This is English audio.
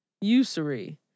Usury